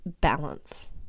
balance